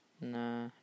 Nah